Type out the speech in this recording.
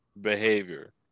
behavior